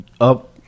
up